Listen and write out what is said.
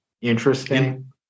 interesting